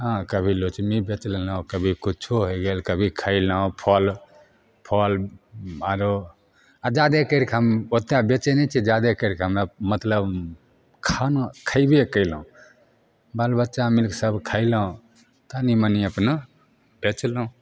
हँ कभी लोचबी बेच लेलहुँ कभी कुच्छो होय गेल कभी खयलहुँ फल फल आरो आओर जादे करिके हम ओते बेचय नहि छियै जादे करि कऽ हम्मे मतलब खाना खयबे कयलहुँ बाल बच्चा मिलकऽ सब खयलहुँ तनी मनी अपना बेचलहुँ